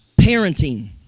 parenting